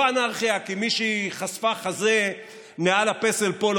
לא אנרכיה כי מישהי חשפה חזה מעל הפסל פה,